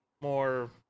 more